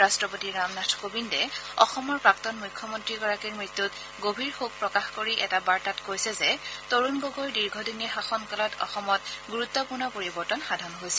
ৰাট্টপতি ৰামনাথ কোবিন্দে অসমৰ প্ৰাক্তন মুখ্যমন্ত্ৰীগৰাকীৰ মৃত্যুত গভীৰ শোক প্ৰকাশ কৰি এটা বাৰ্তাত কৈছে যে তৰুণ গগৈৰ দীৰ্ঘদিনীয়া শাসনকালত অসমত গুৰুত্পূৰ্ণ পৰিৱৰ্তন সাধন হৈছিল